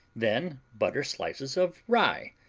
then butter slices of rye,